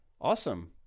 Awesome